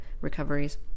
recoveries